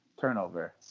Turnover